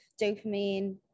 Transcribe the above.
Dopamine